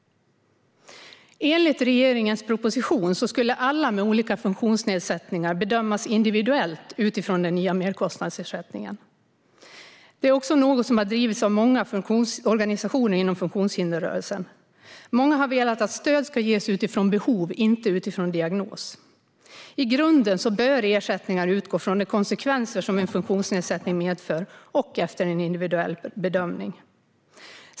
Enligt regeringens proposition skulle alla med olika funktionsnedsättningar bedömas individuellt utifrån den nya merkostnadsersättningen. Det är också något som har drivits av många organisationer inom funktionshindersrörelsen. Många har velat att stöd ska ges utifrån behov och inte utifrån diagnos. I grunden bör ersättningar utgå från de konsekvenser en funktionsnedsättning medför och efter en individuell bedömning.